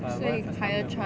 but 我们是